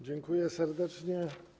Dziękuję serdecznie.